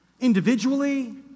Individually